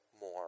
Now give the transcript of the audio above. more